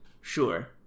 sure